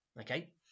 Okay